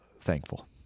thankful